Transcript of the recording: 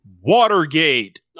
Watergate